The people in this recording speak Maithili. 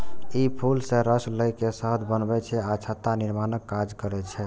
ई फूल सं रस लए के शहद बनबै छै आ छत्ता निर्माणक काज करै छै